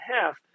half